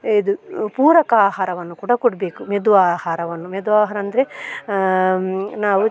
ಇದು ಪೂರಕ ಆಹಾರವನ್ನು ಕೂಡ ಕೊಡಬೇಕು ಮೆದು ಆಹಾರವನ್ನು ಮೆದು ಆಹಾರ ಅಂದರೆ ನಾವು